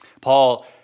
Paul